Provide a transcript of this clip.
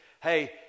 Hey